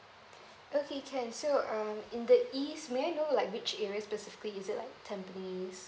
okay can so um in the east may I know like which area specifically is it like tampines